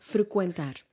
Frequentar